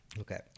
Okay